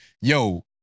yo